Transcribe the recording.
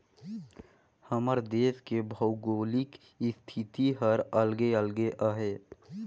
हमर देस के भउगोलिक इस्थिति हर अलगे अलगे अहे